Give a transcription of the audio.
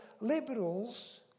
liberals